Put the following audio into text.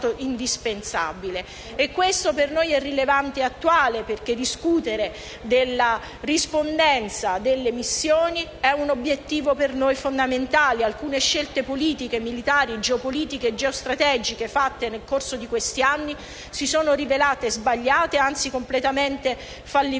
Questo per noi è rilevante ed attuale, perché discutere della rispondenza delle missioni è un obiettivo fondamentale. Alcune scelte politiche, militari, geopolitiche e geostrategiche fatte nel corso degli ultimi anni si sono rivelate sbagliate e, anzi, completamente fallimentari